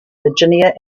virginia